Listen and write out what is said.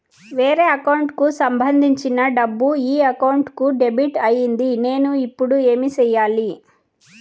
వేరే అకౌంట్ కు సంబంధించిన డబ్బు ఈ అకౌంట్ కు డెబిట్ అయింది నేను ఇప్పుడు ఏమి సేయాలి